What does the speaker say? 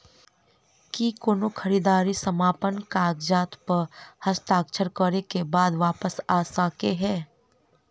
की कोनो खरीददारी समापन कागजात प हस्ताक्षर करे केँ बाद वापस आ सकै है?